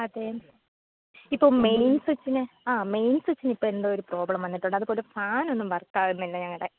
അതെ ഇപ്പം മെയിൻ സ്വിച്ചിന് ആ മെയിൻ സ്വിച്ചിന് ഇപ്പോൾ എന്തോ ഒരു പ്രോബ്ലം വന്നിട്ടുണ്ട് അതുപോലെ ഫാൻ ഒന്നും വർക്ക് ആവുന്നില്ല ഞങ്ങളുടെ